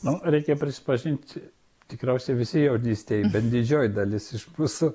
nu reikia prisipažinti tikriausiai visi jaunystėj bet didžioji dalis iš mūsų